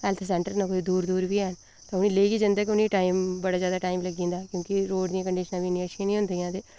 health centre न कोई दूर दूर बी हैन तुआहीं लेइयै जंदे गै बड़ा जैदा टाईम होई जंदा क्योंकि रोड़ दियां कंडीशनां बी इन्नियां अच्छियां निं होंदियां ते